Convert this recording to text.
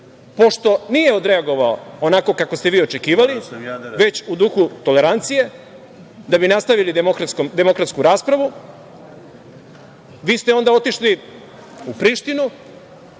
nije odreagovao onako kako ste vi očekivali, već u duhu tolerancije, da bi nastavili demokratsku raspravu, vi ste onda otišli u Prištinu,